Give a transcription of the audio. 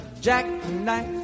jackknife